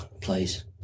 please